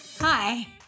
Hi